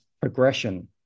progression